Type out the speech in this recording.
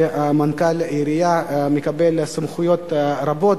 מנכ"ל עירייה מקבל סמכויות רבות,